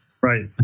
right